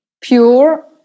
pure